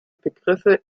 begriffe